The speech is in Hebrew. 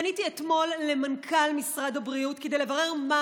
פניתי אתמול למנכ"ל משרד הבריאות כדי לברר מה